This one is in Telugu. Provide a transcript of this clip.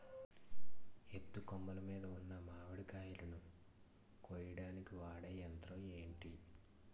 ఎత్తు కొమ్మలు మీద ఉన్న మామిడికాయలును కోయడానికి వాడే యంత్రం ఎంటి?